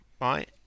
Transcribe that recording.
right